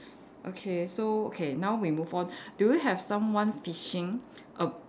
okay so okay now we move do you have someone fishing above